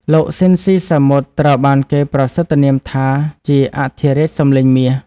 លោក ស៊ីន ស៊ីសាមុត ត្រូវបានគេប្រសិទ្ធនាមថាជា "អធិរាជសម្លេងមាស"។